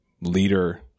leader